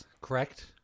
Correct